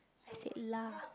say it lah